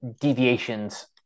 deviations